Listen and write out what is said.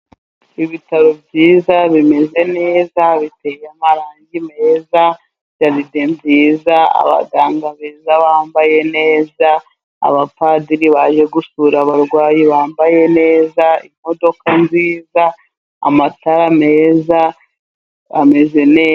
Iibitaro byiza ,bimeze neza, biteye amarangi meza, jaride nziza, abaganga beza, bambaye neza, abapadiri baje gusura abarwayi bambaye neza, imodoka nziza, amatara meza, ameze neza.